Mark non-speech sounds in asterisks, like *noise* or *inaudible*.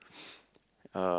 *noise* uh